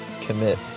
commit